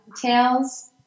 details